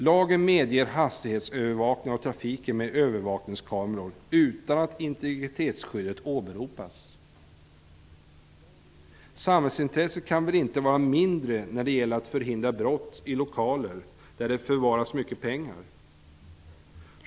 Lagen medger hastighetsövervakning av trafiken med övervakningskameror utan att integritetsskyddet åberopas. Samhällsintresset kan väl inte vara mindre när det gäller att förhindra brott i lokaler där det förvaras mycket pengar.